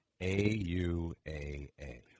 A-U-A-A